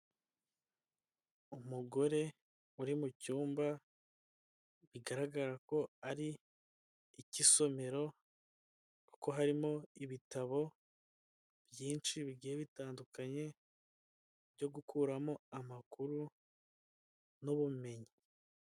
Umugore uri mu cyumba bigaragara ko ari icy'isomero, kuko harimo ibitabo byinshi bigiye bitandukanye byo gukuramo amakuru n'ubumenyi.